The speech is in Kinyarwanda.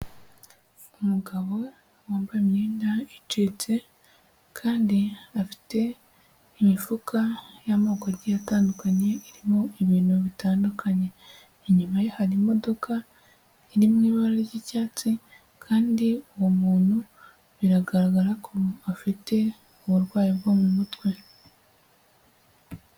Umugabo wambaye imyenda icitse kandi afite imifuka y'amoko agiye atandukanye irimo ibintu bitandukanye, inyuma ye hari imodoka iri mu ibara ry'icyatsi, kandi uwo muntu biragaragara ko afite uburwayi bwo mu mutwe.